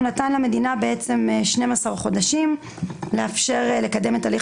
הוא נתן למדינה 12 חודשים לאפשר לקדם את הליך